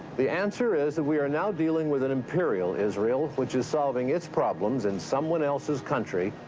the answer is that we are now dealing with an imperial israel, which is solving its problems in someone elseis country,